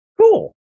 Cool